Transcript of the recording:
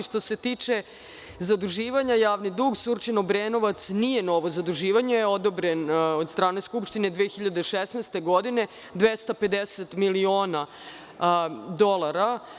Što se tiče zaduživanja, javni dug Surčin, Obrenovac, nije novo zaduživanje, odobren je od strane Skupštine 2016. godine, 250 miliona dolara.